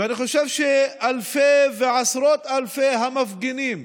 אני חושב שאלפי ועשרות אלפי המפגינים